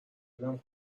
میرم